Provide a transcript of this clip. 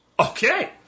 Okay